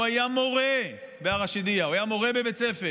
הוא היה מורה בא-רשידיה, הוא היה מורה בבית ספר,